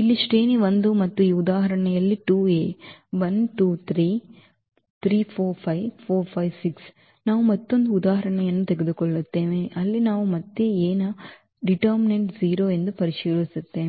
ಇಲ್ಲಿ ಶ್ರೇಣಿ 1 ಮತ್ತು ಈ ಉದಾಹರಣೆಯಲ್ಲಿ 2 ನಾವು ಮತ್ತೊಂದು ಉದಾಹರಣೆಯನ್ನು ತೆಗೆದುಕೊಳ್ಳುತ್ತೇವೆ ಅಲ್ಲಿ ನಾವು ಮತ್ತೆ ಎ ಯ ಈ ನಿರ್ಧಾರಕ 0 ಎಂದು ಪರಿಶೀಲಿಸುತ್ತೇವೆ